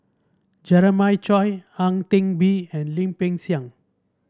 Jeremiah Choy Ang Teck Bee and Lim Peng Siang